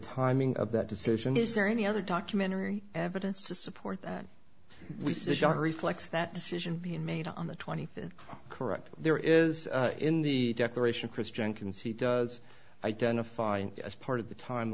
timing of that decision is there any other documentary evidence to support that we sit down reflects that decision being made on the twenty fifth correct there is in the declaration kris jenkins he does identify as part of the time